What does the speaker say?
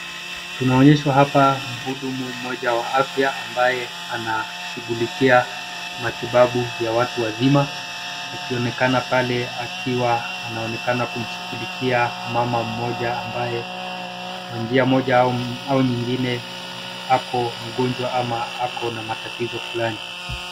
Tunaonyeshwa hapa mhudumu mmoja wa afya ambaye anashughulikia matibabu ya watu wazima akionekana pale akiwa anaonekana kumshughulikia mama mmoja ambaye kwa njia moja au nyingine ako mgonjwa ama ako na matatizo fulani.